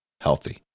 healthy